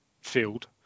field